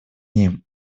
ним